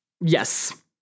Yes